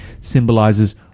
symbolizes